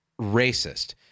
racist